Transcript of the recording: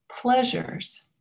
pleasures